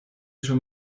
schon